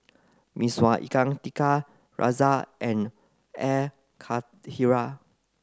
Mee Sua Ikan Tiga Rasa and Air Karthira